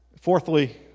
Fourthly